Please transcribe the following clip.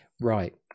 Right